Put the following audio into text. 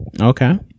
Okay